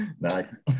Nice